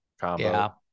combo